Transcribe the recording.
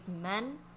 men